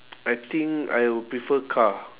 I think I will prefer car